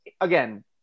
again